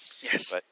Yes